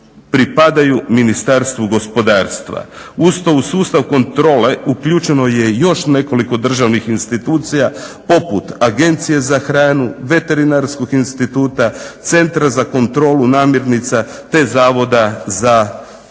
pripadaju Ministarstvu gospodarstva. Uz to uz sustav kontrole uključeno je još nekoliko državnih institucija poput Agencije za hranu, Veterinarskog instituta, Centra za kontrolu namirnica te Zavoda za